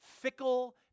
fickle